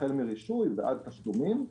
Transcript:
החל מרישוי ועד תשלומים.